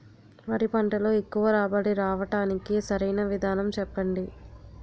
వరి పంటలో ఎక్కువ రాబడి రావటానికి సరైన విధానం చెప్పండి?